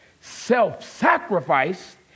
Self-sacrifice